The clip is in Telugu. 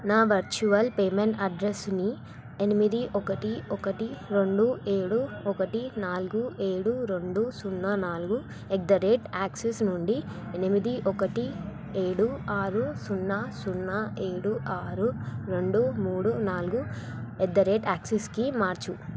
నా వర్చువల్ పేమెంట్ అడ్రస్నీ ఎనిమిది ఒకటి ఒకటి రెండు ఏడు ఒకటి నాలుగు ఏడు రెండు సున్నా నాలుగు ఎట్ ద రేట్ యాక్సిస్ నుండి ఎనిమిది ఒకటి ఏడు ఆరు సున్నా సున్నా ఏడు ఆరు రెండు మూడు నాలుగు ఎట్ ద రేట్ యాక్సిస్కి మార్చు